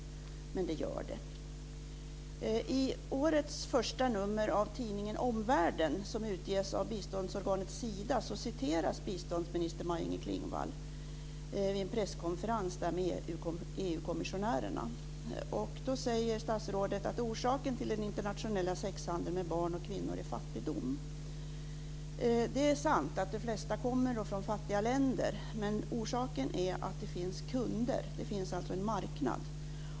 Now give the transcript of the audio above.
Men det gör det. I årets första nummer av tidningen Omvärlden, som utges av biståndsorganet Sida, citeras biståndsminister Maj-Inger Klingvall från en presskonferens med EU-kommissionärerna. Där säger statsrådet att orsaken till den internationella sexhandeln med barn och kvinnor är fattigdom. Det är sant att de flesta kommer från fattiga länder, men orsaken är att det finns kunder. Det finns alltså en marknad.